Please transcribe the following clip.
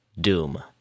doom